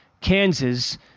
Kansas